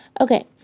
Okay